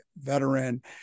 veteran